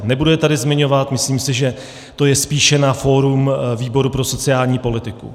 Nebudu je tady zmiňovat, myslím si, že to je spíše na fórum výboru pro sociální politiku.